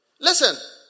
Listen